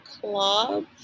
club